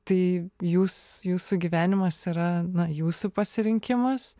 tai jūs jūsų gyvenimas yra na jūsų pasirinkimas